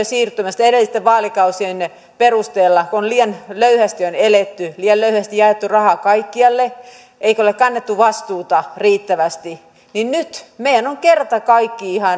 siirtymässä edellisten vaalikausien perusteella kun on liian löyhästi eletty liian löyhästi jaettu rahaa kaikkialle eikä ole kannettu vastuuta riittävästi nyt meidän on ihan kerta kaikkiaan